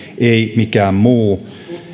ei mikään muu